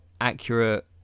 accurate